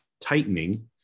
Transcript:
tightening